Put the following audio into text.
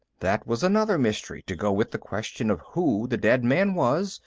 that was another mystery, to go with the question of who the dead man was,